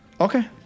Okay